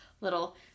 little